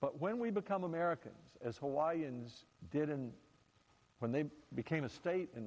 but when we become americans as hawaiians did in when they became a state in